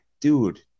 dude